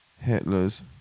Hitler's